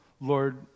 Lord